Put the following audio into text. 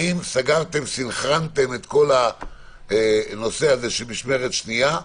האם סנכרנתם את כל הנושא הזה של משמרת שנייה?